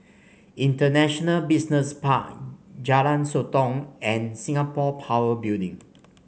International Business Park Jalan Sotong and Singapore Power Building